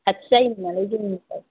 खाथि जायोमोन नालाय जोंनिफ्राय